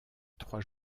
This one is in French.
trois